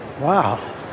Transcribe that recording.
Wow